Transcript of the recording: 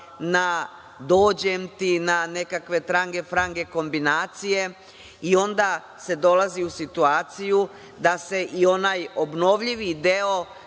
na dođem ti, na nekakve trange frange kombinacije, a onda se dolazi u situaciju da se i onaj obnovljivi deo